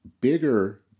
bigger